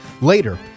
Later